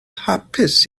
hapus